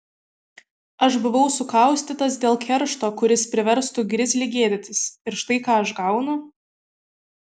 aš buvau sukaustytas dėl keršto kuris priverstų grizlį gėdytis ir štai ką aš gaunu